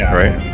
right